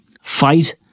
fight